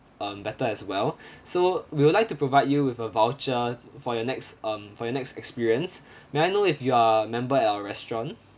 um better as well so we would like to provide you with a voucher for your next um for your next experience may I know if you are a member at our restaurant